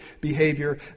behavior